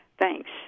Thanks